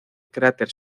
cráter